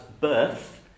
birth